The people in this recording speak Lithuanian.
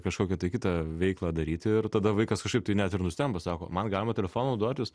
kažkokią tai kitą veiklą daryti ir tada vaikas kažkaip tai net ir nustemba sako man galima telefonu naudotis